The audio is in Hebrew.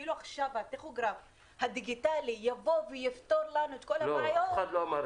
כאילו עכשיו הטכוגרף הדיגיטלי יבוא ויפתור לנו את כל הבעיות,